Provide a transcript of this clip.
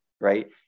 right